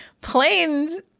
planes